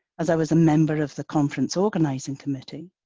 as i was a member of the conference organising committee,